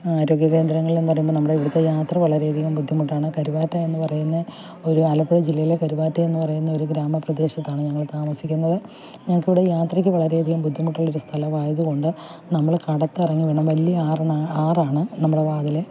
ആരോഗ്യകേന്ദ്രങ്ങളെന്ന് പറയുമ്പോൾ നമ്മുടെ അടുത്ത മാത്രം വളരെ അധികം ബുദ്ധിമുട്ടാണ് കരുവാറ്റ എന്നുപറയുന്ന ഒരു ആലപ്പുഴ ജില്ലയിലെ കരുവാറ്റ എന്നുപറയുന്ന ഒരു ഗ്രാമപ്രദേശത്താണ് ഞങ്ങൾ താമസിക്കുന്നത് ഞങ്ങൾക്കിവിടെ യാത്രയ്ക്ക് വളരെയധികം ബുദ്ധിമുട്ടുള്ള ഒരു സ്ഥലമായതുകൊണ്ട് നമ്മൾ കടത്തിറങ്ങിവേണം വലിയ ആറാണ് ആറാണ് നമ്മുടെ വാതിൽ